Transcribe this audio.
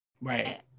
Right